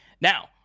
Now